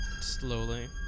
Slowly